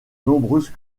nombreuses